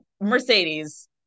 Mercedes